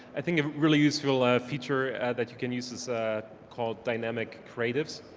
i think it really useful a feature that you can use is called dynamic creatives,